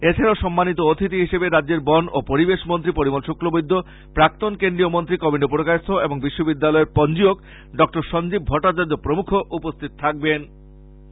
এছাড়াও সম্মানীত অতিথি হিসেবে রাজ্যের বন ও পরিবেশ মন্ত্রী পরিমল শুক্লবৈদ্য প্রাক্তন কেন্দ্রীয় মন্ত্রী কবীন্দ্র পুরকায়স্থ এবং বিশ্ববিদ্যালয়ের পঞ্জীয়ক ডক্টর সঞ্জীব ভট্টাচার্য্য প্রমূখ উপস্থিত থাকবেন